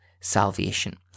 salvation